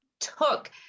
took